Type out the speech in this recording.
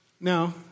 Now